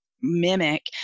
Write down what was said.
mimic